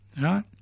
right